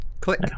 click